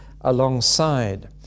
alongside